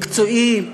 מקצועי,